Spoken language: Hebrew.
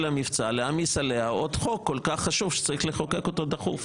המבצע להעמיס עליה עוד חוק כל כך חשוב שצריך לחוקק אותו דחוף?